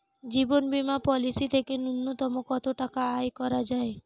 জীবন বীমা পলিসি থেকে ন্যূনতম কত টাকা আয় করা যায়?